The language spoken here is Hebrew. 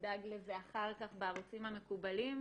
תדאג לזה אחר כך בערוצים המקובלים,